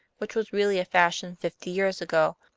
which was really a fashion fifty years ago,